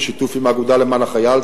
בשיתוף עם האגודה למען החייל.